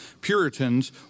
Puritans